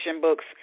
books